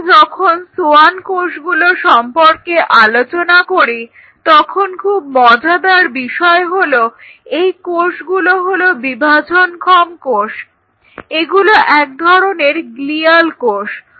আমরা যখন সোয়ান কোষগুলো সম্পর্কে আলোচনা করি তখন খুব মজাদার বিষয় হলো এই কোষগুলো হলো বিভাজনক্ষম কোষ এগুলো এক ধরনের গ্লিয়াল কোষ